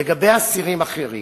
לגבי אסירים אחרים,